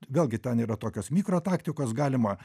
vėlgi ten yra tokios mikro taktikos galima